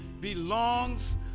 belongs